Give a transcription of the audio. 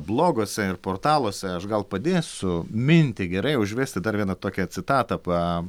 bloguose ir portaluose aš gal padėsiu mintį gerai užvesti dar viena tokia citata pa